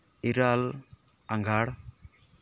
ᱤᱨᱟᱹᱞ ᱟᱸᱜᱷᱟᱲ